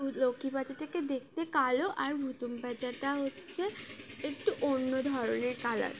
লক্ষ্মী প্যাঁচাটাকে দেখতে কালো আর ভুতুম বাজাটা হচ্ছে একটু অন্য ধরনের কালার